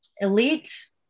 elite